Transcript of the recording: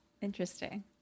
interesting